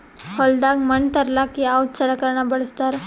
ಹೊಲದಾಗ ಮಣ್ ತರಲಾಕ ಯಾವದ ಸಲಕರಣ ಬಳಸತಾರ?